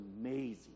amazing